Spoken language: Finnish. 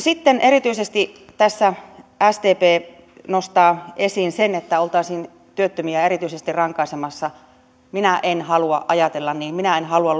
sitten erityisesti tässä sdp nostaa esiin sen että oltaisiin työttömiä erityisesti rankaisemassa minä en halua ajatella niin minä en halua